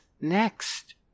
next